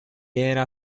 era